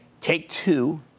Take-Two